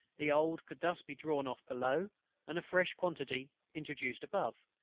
the old could thus be drawn off below and a fresh quantity introduced above,